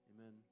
amen